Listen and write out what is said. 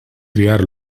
triar